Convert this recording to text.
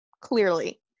clearly